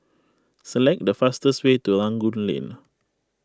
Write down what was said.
select the fastest way to Rangoon Lane